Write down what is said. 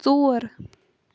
ژور